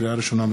לקריאה ראשונה,